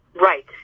right